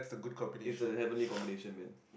it's a heavenly combination man